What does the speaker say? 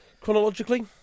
Chronologically